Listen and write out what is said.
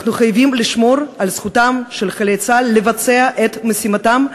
אנחנו חייבים לשמור על זכותם של חיילי צה"ל לבצע את משימתם,